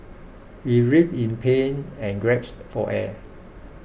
he writhed in pain and gasped for air